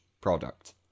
product